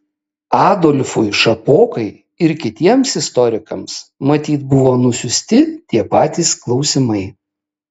adolfui šapokai ir kitiems istorikams matyt buvo nusiųsti tie patys klausimai